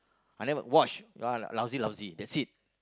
I never watch lousy lousy that's it